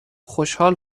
خوشحال